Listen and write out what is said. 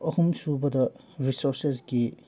ꯑꯍꯨꯝꯁꯨꯕꯗ ꯔꯤꯁꯣꯔꯁꯦꯁꯀꯤ